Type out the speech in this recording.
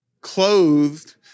Clothed